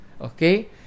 okay